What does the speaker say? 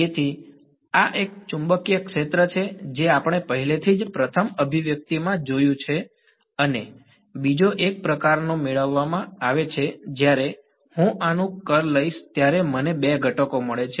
તેથી આ ચુંબકીય ક્ષેત્ર છે જે આપણે પહેલેથી જ પ્રથમ અભિવ્યક્તિમાં જોયું છે અને બીજો એક પ્રકારનો મેળવવામાં આવે છે જ્યારે હું આનું કર્લ લઈશ ત્યારે મને બે ઘટકો મળે છે